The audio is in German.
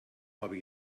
aber